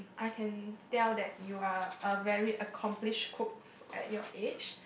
I can tell that you are a very accomplish cook at your age